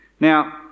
Now